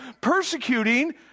persecuting